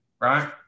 right